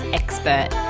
expert